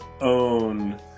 own